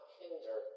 hinder